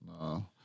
No